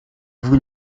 vous